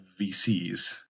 VCs